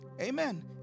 Amen